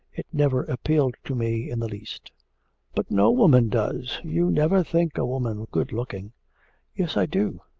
it never appealed to me in the least but no woman does. you never think a woman good-looking yes, i do.